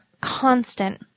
constant